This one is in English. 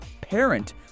parent